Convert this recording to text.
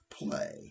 play